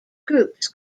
groups